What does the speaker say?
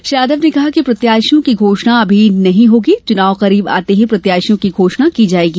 श्री यादव ने कहा कि प्रत्याशियों की घोषणा अभी नहीं होगी चुनाव करीब आते ही प्रत्याशियों की घोषणा की जाएगी